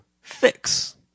fix